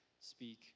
speak